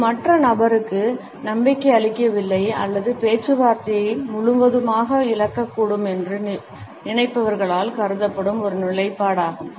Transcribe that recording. இது மற்ற நபருக்கு நம்பிக்கை அளிக்கவில்லை அல்லது பேச்சுவார்த்தையை முழுவதுமாக இழக்கக்கூடும் என்று நினைப்பவர்களால் கருதப்படும் ஒரு நிலைப்பாடாகும்